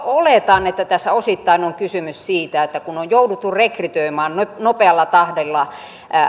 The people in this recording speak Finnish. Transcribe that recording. oletan että tässä osittain on kysymys siitä että kun on jouduttu rekrytoimaan nopealla tahdilla